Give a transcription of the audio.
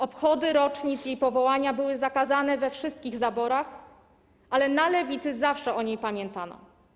Obchody rocznic jej powołania były zakazane we wszystkich zaborach, ale na lewicy zawsze o niej pamiętano.